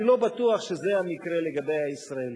אני לא בטוח שזה המקרה לגבי הישראלים.